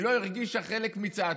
היא לא הרגישה חלק מצעצוע.